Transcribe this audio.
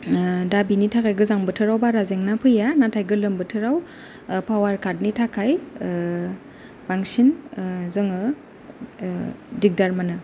दा बिनि थाखाय गोजां बोथोराव बारा जेंना फैया नाथाय गोलोम बोथाराव पावार काथनि थाखाय बांसिन जोङो दिगदार मोनो